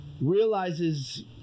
realizes